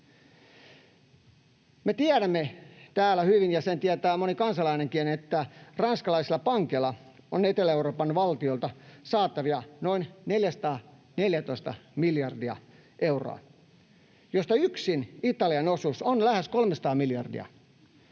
Me tiedämme täällä hyvin, ja sen tietää moni kansalainenkin, että ranskalaisilla pankeilla on Etelä-Euroopan valtioilta saatavia noin 414 miljardia euroa, josta yksin Italian osuus on lähes 300 miljardia.